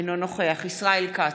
אינו נוכח ישראל כץ,